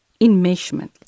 enmeshment